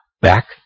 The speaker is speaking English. Back